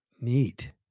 Neat